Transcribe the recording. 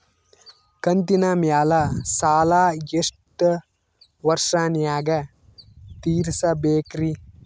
ಕಂತಿನ ಮ್ಯಾಲ ಸಾಲಾ ಎಷ್ಟ ವರ್ಷ ನ್ಯಾಗ ತೀರಸ ಬೇಕ್ರಿ?